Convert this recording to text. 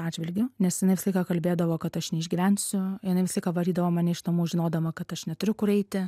atžvilgiu nes jinai visą laiką kalbėdavo kad aš neišgyvensiu jinai visą laiką varydavo mane iš namų žinodama kad aš neturiu kur eiti